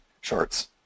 shorts